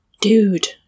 Dude